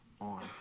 on